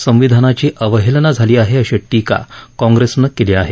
संविधानाची अवहेलना झाली आहे अशी टीका काँग्रेसनं केली आहे